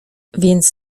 więc